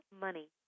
money